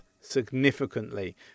significantly